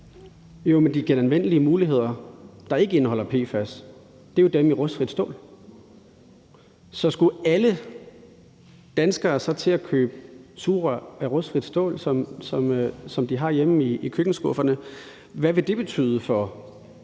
Men de genanvendelige muligheder, der ikke indeholder PFAS, er jo dem i rustfrit stål. Skulle alle danskere så til at købe sugerør af rustfrit stål, som de har hjemme i køkkenskuffen? Hvad ville det betyde for klima